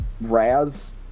Raz